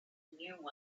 new